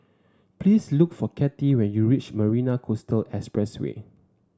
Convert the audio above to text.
please look for Kattie when you reach Marina Coastal Expressway